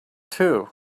too